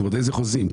איזה חוזים?